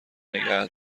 نگه